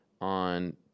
on